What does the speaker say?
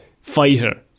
fighter